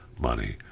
Money